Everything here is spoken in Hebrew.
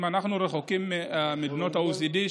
אנחנו רחוקים ממדינות ה-OECD,